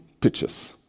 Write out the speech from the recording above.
pitches